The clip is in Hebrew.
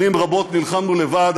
שנים רבות נלחמנו לבד,